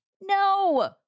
No